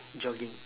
jogging